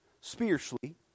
spiritually